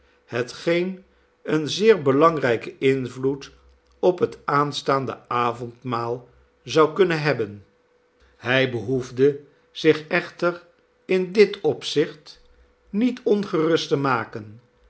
hetgeen een zeer belangrijken invloed op het aanstaande avondmaal zou kunnen hebben hij behoefde zich echter in dit opzicht niet ongerust te maken